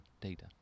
data